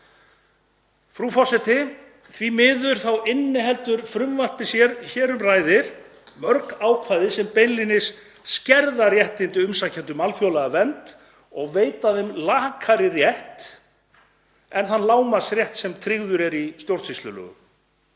Frú forseti. Því miður þá inniheldur frumvarpið sem hér um ræðir mörg ákvæði sem beinlínis skerða réttindi umsækjenda um alþjóðlega vernd og veita þeim lakari rétt en þann lágmarksrétt sem tryggður er í stjórnsýslulögum.